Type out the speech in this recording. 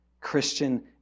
Christian